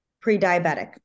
pre-diabetic